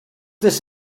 this